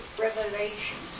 revelations